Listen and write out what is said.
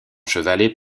chevalet